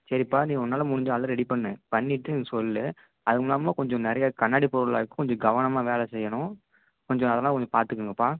சரிப்பா நீ உன்னால் முடிஞ்ச ஆளை ரெடி பண்ணு பண்ணிவிட்டு நீ சொல் அதுமில்லாமல் கொஞ்சம் நிறையா கண்ணாடி பொருளெலாம் இருக்கும் கொஞ்சம் கவனமாக வேலை செய்யணும் கொஞ்சம் அதெல்லாம் கொஞ்சம் பார்த்துக்குங்கப்பா